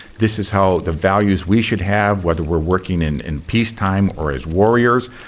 this is how the values we should have, whether we're working in in peacetime or as warriors,